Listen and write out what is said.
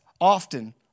often